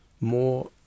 more